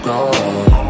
God